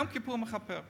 יום כיפור מכפר.